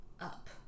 up